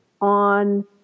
on